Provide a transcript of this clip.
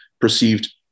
perceived